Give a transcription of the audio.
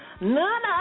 None